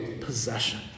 possession